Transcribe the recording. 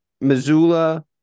Missoula